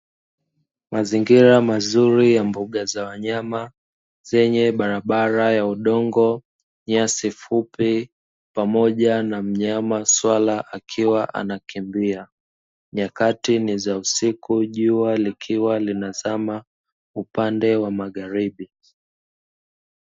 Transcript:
Mazingira mazuri ya mbuga za wanyama, zenye barabara ya udongo, nyasi fupi, pamoja na mnyama swala akiwa anakimbia, nyakati ni za usiku, jua likiwa linazama upande wa magharibi.